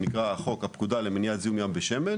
החוק נקרא "הפקודה למניעת זיהום ים בשמן",